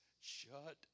shut